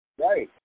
Right